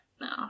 no